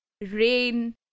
rain